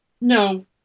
No